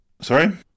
Sorry